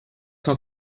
cent